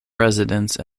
residence